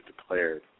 declared